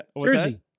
Jersey